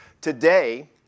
today